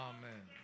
Amen